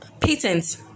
patents